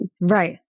Right